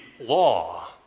law